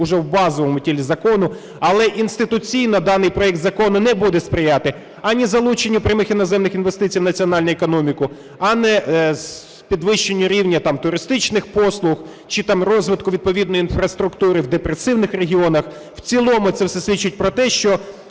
уже в базовому тілі закону. Але інституційно даний проект закону не буде сприяти ані залученню прямих іноземних інвестицій в національну економіку, ані підвищенню рівня, там, туристичних послуг, чи там розвитку відповідної інфраструктури в депресивних регіонах. В цілому це все свідчить про те, що